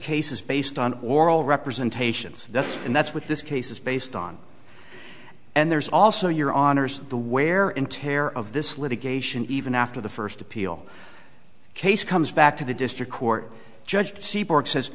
case is based on oral representations that's and that's what this case is based on and there's also your honour's the wear and tear of this litigation even after the first appeal case comes back to the district court judge s